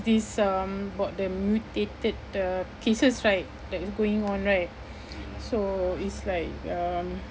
this um about the mutated uh cases right that is going on right so it's like um